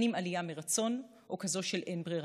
אם עלייה מרצון ואם כזאת של אין ברירה.